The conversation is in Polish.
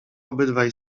obydwaj